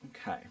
okay